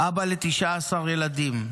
אבא ל-19 ילדים.